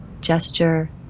gesture